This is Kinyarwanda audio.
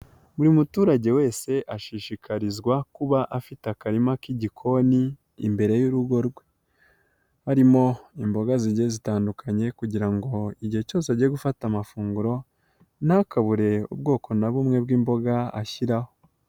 Buri muturage wese ashishikarizwa kuba afite akarima k'igikoni imbere y'urugo rwe, harimo imboga zijye zitandukanye kugira ngo igihe cyose agiye gufata amafunguro ntakabure ubwoko na bumwe bw'imboga ashyiraho.